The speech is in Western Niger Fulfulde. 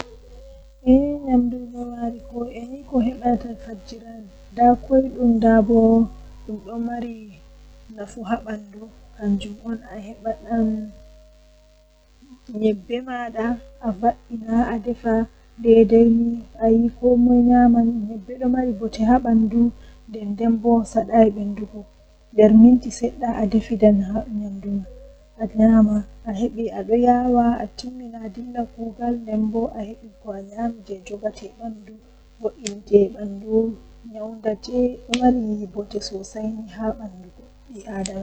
Kanjum fu be ndiyam be buutol be omo malla sabulu mi sofna dum haa ndiyam mi wara mi vuuwa mi loota dum be ndiyam laaba masin.